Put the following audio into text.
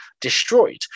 destroyed